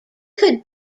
could